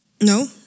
No